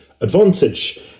advantage